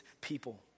people